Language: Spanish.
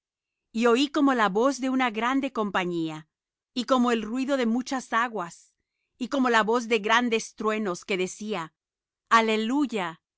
y oí como la voz de una grande compañía y como el ruido de muchas aguas y como la voz de grandes truenos que decía aleluya